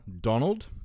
donald